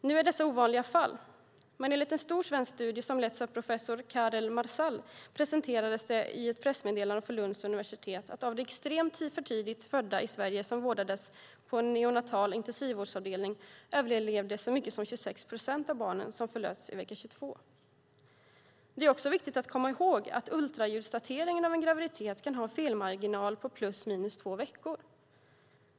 Nu är sådana fall ovanliga, men en stor svensk studie som letts av professor Karel Marsál och presenterats i ett pressmeddelande från Lunds universitet visade att bland de extremt för tidigt födda i Sverige som vårdades på en neonatal intensivvårdsavdelning överlevde så många som 26 procent av barnen som förlösts vecka 22. Det är också viktigt att komma ihåg att ultraljudsdateringen av en graviditet kan ha en felmarginal på plus minus två veckor.